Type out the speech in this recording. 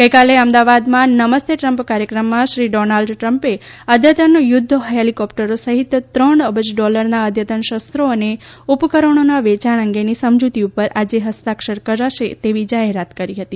ગઇકાલે અમદાવાદમાં નમસ્તે ટ્રમ્પ કાર્યક્રમમાં શ્રી ડોનાલ્ડ ટ્રમ્પે અદ્યતન યુધ્ધ હેલીકોપ્ટરો સહિત ત્રણ અબજ ડોલરના અદ્યતન શસ્ત્રો અને ઉપકરણોના વેયાણ અંગેની સમજૂતી ઉપર આજે હસ્તાક્ષર કરાશે તેવી જાહેરાત કરી હતી